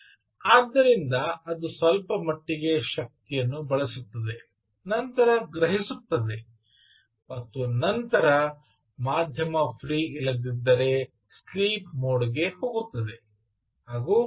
ಆದ್ದರಿಂದ ಅದು ಸ್ವಲ್ಪಮಟ್ಟಿಗೆ ಶಕ್ತಿಯನ್ನು ಬಳಸುತ್ತದೆ ನಂತರ ಗ್ರಹಿಸುತ್ತದೆ ಮತ್ತು ನಂತರ ಮಾಧ್ಯಮ ಫ್ರೀ ಇಲ್ಲದಿದ್ದರೆ ಸ್ಲೀಪ್ ಮೋಡ್ ಗೆ ಹೋಗುತ್ತದೆ ಹಾಗೂ ಮತ್ತೆ ಪ್ರಯತ್ನಿಸುತ್ತದೆ